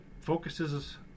focuses